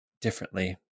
differently